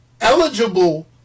eligible